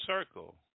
Circle